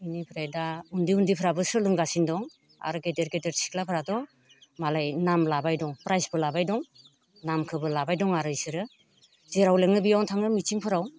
इनिफ्राय दा उन्दै उन्दैफ्राबो सोलोंगासिनो दं आरो गेदेर गेदेर सिख्लाफोराथ' मालाय नाम लाबाय दं प्राइजबो लाबाय दं नामखोबो लाबाय दं आरो इसोरो जेराव लिङो बेयावनो थाङो मिथिंफोराव